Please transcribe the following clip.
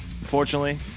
unfortunately